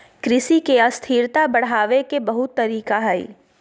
कृषि के स्थिरता बढ़ावे के बहुत तरीका हइ